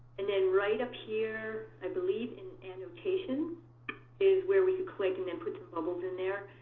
and then right up here, i believe in annotation, is where we can click and then put some bubbles in there.